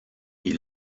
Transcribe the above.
die